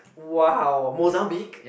wow Mozambique